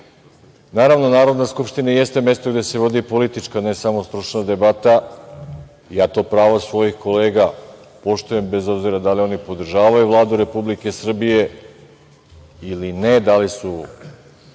donela. Naravno, Narodna skupština jeste mesto gde se vodi politička, ne samo stručna debata, ja to pravo svojih kolega poštujem bez obzira da li oni podržavaju Vlade Republike Srbije ili ne, da li su